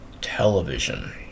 television